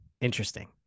Interesting